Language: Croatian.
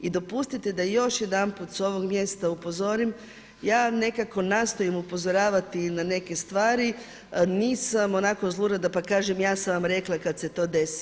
I dopustite da još jedanput s ovog mjesta upozorim ja nekako nastojim upozoravati na neke stvari, nisam onako zlurada pa kažem ja sam vam rekla kada se to desi.